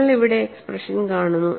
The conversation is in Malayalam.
നിങ്ങൾ ഇവിടെ എക്സ്പ്രഷൻ കാണുന്നു